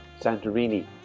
Santorini